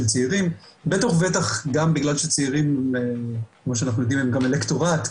צעירים בטח ובטח גם בגלל שצעירים כמו שאנחנו יודעים הם גם אלקטורט,